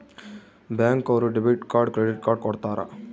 bank ಅವ್ರು debit card credit card ಕೊಡ್ತಾರ